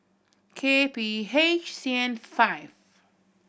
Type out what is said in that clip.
K P H C N five